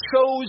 chose